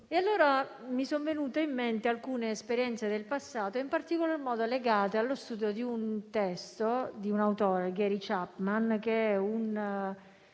Allora mi sono venute in mente alcune esperienze del passato legate in particolare allo studio del testo di un autore, Gary Chapman, che è un